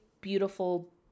beautiful